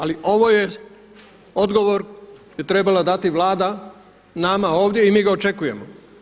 Ali ovo je odgovor je trebala dati Vlada nama ovdje i mi ga očekujemo.